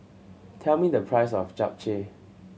tell me the price of Japchae